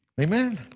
Amen